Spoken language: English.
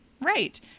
Right